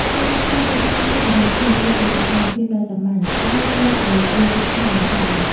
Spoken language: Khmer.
ការដើរផ្សារទិញផ្លែឈើជាមួយគ្នា គឺជាសកម្មភាពដ៏សាមញ្ញតែជួយឱ្យយល់ចិត្តគ្នាបានច្រើន។